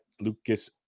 Lucas